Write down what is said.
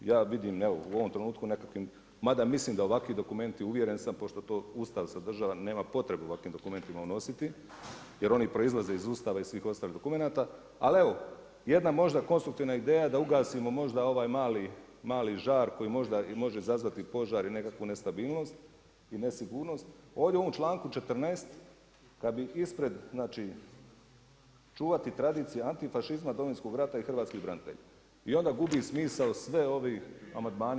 Ja vidim u ovom trenutku u nekakvim, mada mislim da ovakvi dokumenti uvjeren sam pošto to Ustav sadržava nema potrebe u ovakvim dokumentima unositi jer oni proizlaze iz Ustava i svih ostalih dokumenta, ali evo jedna možda konstruktivna ideja da ugasimo možda ovaj mali žar koji možda može izazvati požar i nekakvu nestabilnost i nesigurnost, ovdje u ovom članku 14. kada bi ispred „čuvati tradicije antifašizma, Domovinskog rata i hrvatskih branitelja“ i onda gubi smisao sve ovi amandmani.